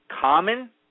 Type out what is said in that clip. common